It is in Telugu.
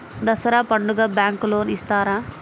దసరా పండుగ బ్యాంకు లోన్ ఇస్తారా?